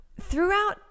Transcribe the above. Throughout